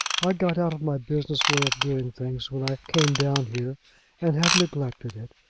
i got out of my business way of doing things when i came down here and have neglected it.